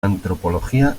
antropología